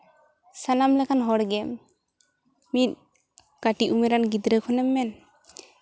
ᱥᱟᱱᱟᱢ ᱞᱮᱠᱟᱱ ᱦᱚᱲᱜᱮ ᱢᱤᱫ ᱠᱟᱹᱴᱤᱡ ᱩᱢᱮᱨᱟᱱ ᱜᱤᱫᱽᱨᱟᱹ ᱠᱷᱚᱱᱮᱢ ᱢᱮᱱ